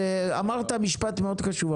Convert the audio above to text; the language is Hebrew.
יושב-ראש הרשות השנייה, אמרת משפט חשוב מאוד: